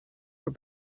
were